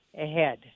ahead